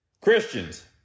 Christians